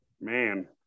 man